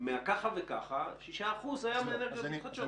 ומתוכן 6% היו מאנרגיות מתחדשות.